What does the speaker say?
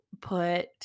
put